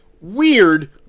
weird